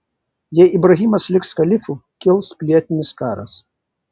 jei ibrahimas liks kalifu kils pilietinis karas